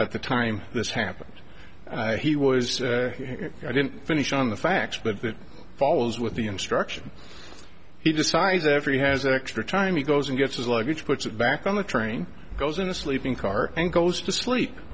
at the time this happened he was i didn't finish on the facts but that follows with the instruction he decides every has that extra time he goes and gets his luggage puts it back on the train goes in a sleeping car and goes to sleep